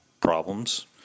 problems